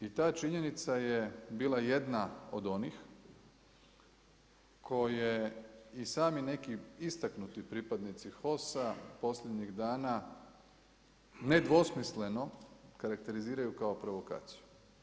I ta činjenica je bila jedna od onih koje i sami neki istaknuti pripadnici HOS-a posljednjih dana, nedvosmisleno karakteriziraju kao provokaciju.